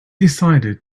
decided